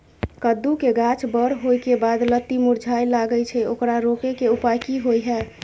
कद्दू के गाछ बर होय के बाद लत्ती मुरझाय लागे छै ओकरा रोके के उपाय कि होय है?